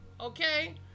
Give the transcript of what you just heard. okay